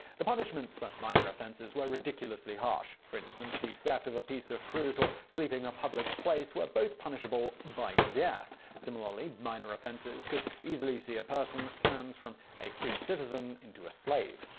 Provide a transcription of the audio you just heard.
the punishments for minor offenses were ridiculously harsh. for instance, the theft of a piece of fruit or sleeping in a public place were both punishable by death. similarly, minor offenses could easily see a person turned from a free citizen to a slave.